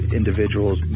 individuals